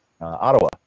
Ottawa